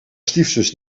stiefzus